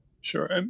Sure